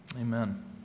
Amen